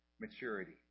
maturity